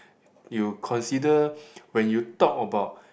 you consider when you talk about